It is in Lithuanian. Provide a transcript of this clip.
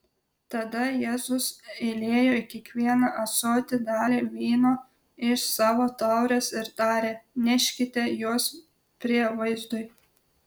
tada jėzus įliejo į kiekvieną ąsotį dalį vyno iš savo taurės ir tarė neškite juos prievaizdui